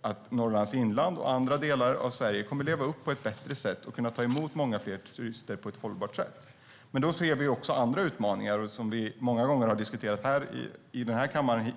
att Norrlands inland och andra delar av Sverige kommer att leva upp på ett bättre sätt och kan ta emot fler turister på ett hållbart sätt. Men då ser vi också andra utmaningar som vi många gånger har diskuterat här i kammaren.